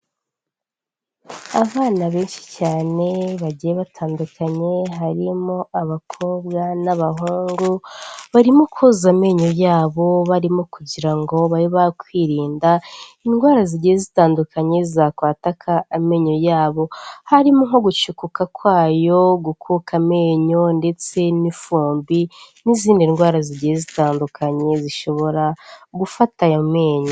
Abana benshi cyane bagiye batandukanye, harimo abakobwa n'abahungu, barimo koza amenyo yabo barimo kugira ngo babe bakwirinda indwara zigiye zitandukanye zakwataka amenyo yabo. Harimo nko gucukuka kwayo, gukuka amenyo ndetse n'ifumbi, n'izindi ndwara zigiye zitandukanye zishobora gufata aya menyo